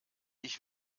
ich